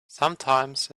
sometimes